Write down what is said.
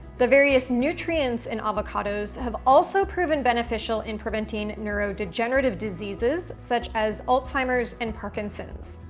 the various nutrients in avocados have also proven beneficial in preventing neurodegenerative diseases such as alzheimer's and parkinson's,